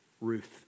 Ruth